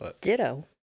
Ditto